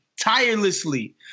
tirelessly